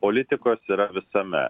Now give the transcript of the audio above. politikos yra visame